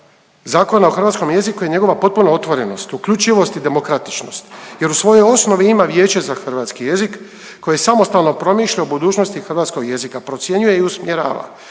Zakona o hrvatskom jeziku je njegova potpuna otvorenost, uključivost i demokratičnost jer u svojoj osnovi ima Vijeće za hrvatski jezik koje samostalno promišlja o budućnosti hrvatskog jezika, procjenjuje i usmjerava,